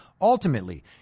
ultimately